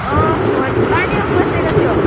अँ फोन पानीमा पसेको थियो